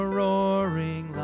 roaring